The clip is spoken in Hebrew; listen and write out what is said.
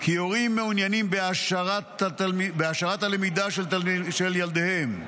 כי הורים מעוניינים בהעשרת הלמידה של ילדיהם.